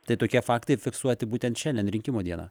tai tokie faktai fiksuoti būtent šiandien rinkimų dieną